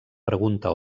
pregunta